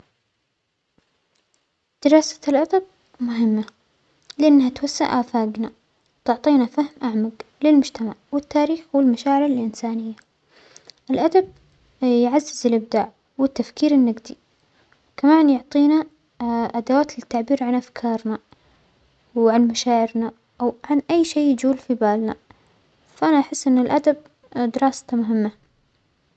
دراسة الأدب مهمة لأنها توسع آفاجنا وتعطينا فهم اهمج للمجتمع والتاريخ والمشاعر الإنسانية، الأدب يعزز الإبداع والتفكير النجدى، وكمان يعطينا أدوات للتعبير عن أفكارنا وعن مشاعرنا أو عن أى شيء يجول في بالنا، فأنا أحس أن الأدب دراسته مهمه.